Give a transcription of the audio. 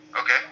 Okay